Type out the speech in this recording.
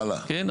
כן?